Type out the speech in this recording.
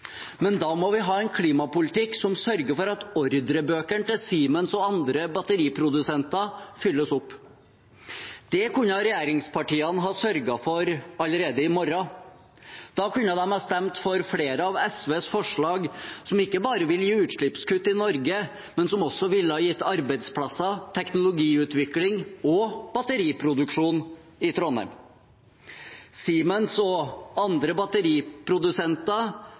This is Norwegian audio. men da må vi ha en klimapolitikk som sørger for at ordrebøkene til Siemens og andre batteriprodusenter fylles opp. Det kunne regjeringspartiene ha sørget for allerede i morgen. Da kunne de ha stemt for flere av SVs forslag, som ikke bare ville gitt utslippskutt i Norge, men som også ville gitt arbeidsplasser, teknologiutvikling og batteriproduksjon i Trondheim. Siemens og andre batteriprodusenter